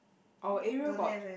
our area got